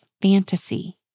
fantasy